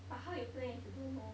but how you play if you don't know